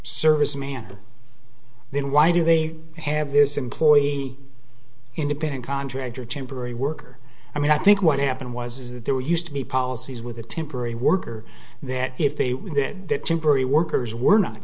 serviceman then why do they have this employee independent contractor temporary worker i mean i think what happened was is that there used to be policies with a temporary worker that if they were in that temporary workers were not